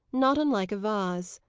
not unlike a vase.